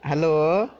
hello